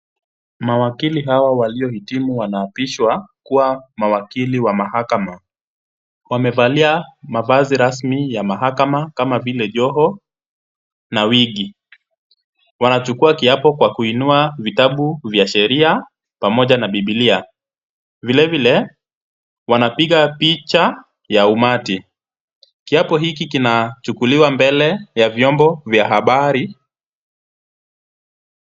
Mawakili hawa waliohitimu wanaapishwa kuwa mawakili wa mahakama. Wamevalia mavazi rasmi ya mahakama kama vile joho na wig . Wanachukua kiapo kwa kuinua vitabu vya sheria pamoja na Bibilia. Vilevile, wanapiga picha ya umati. Kiapo hiki kinachukuliwa mbele ya vyombo vya habari.